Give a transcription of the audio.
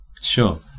Sure